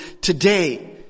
Today